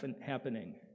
happening